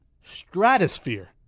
stratosphere